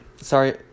sorry